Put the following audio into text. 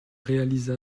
réalisa